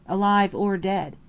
alive or dead.